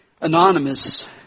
Anonymous